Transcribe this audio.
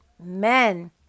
Amen